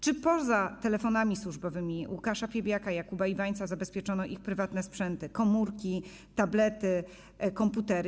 Czy poza telefonami służbowymi Łukasza Piebiaka i Jakuba Iwańca zabezpieczono ich prywatne sprzęty: komórki, tablety i komputery?